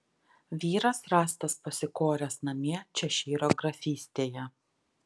vyras rastas pasikoręs namie češyro grafystėje